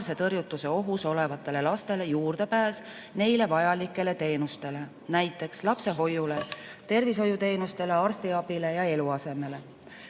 tõrjutuse ohus olevatele lastele juurdepääs neile vajalikele teenustele, näiteks lapsehoiule, tervishoiuteenustele, arstiabile ja eluasemele.